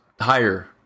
higher